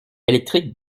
électrique